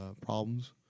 problems